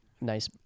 nice